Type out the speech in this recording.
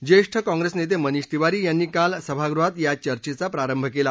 ज्येष्ठ काँप्रेस नेते मनीष तिवारी यांनी काल सभागृहात या चर्चेचा प्रारंभ केला